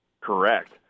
Correct